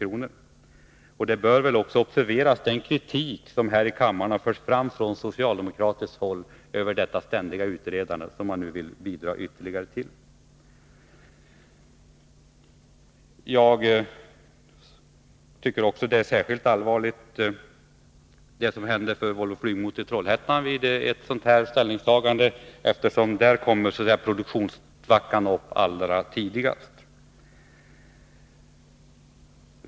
Observeras bör också den kritik som förts fram från socialdemokratiskt håll över det ständiga utredandet, som socialdemokraterna nu vill bidra ytterligare till. Särskilt allvarligt är, tycker jag, det som händer vid Volvo Flygmotor i Trollhättan efter ett sådant här ställningstagande. Där uppstår produktionssvackan allra först.